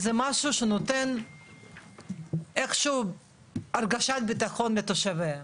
זה משהו שנותן איכשהו הרגשת בטחון לתושביה.